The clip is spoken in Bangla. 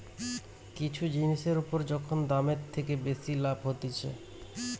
কিছু জিনিসের উপর যখন দামের থেকে বেশি লাভ হতিছে